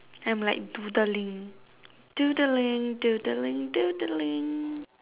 I'm like doodling doodling doodling doodling